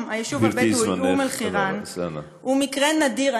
היישוב הבדואי אום-אלחיראן היא מקרה נדיר,